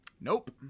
Nope